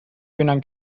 بینم